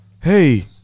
hey